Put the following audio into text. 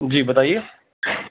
جی بتائیے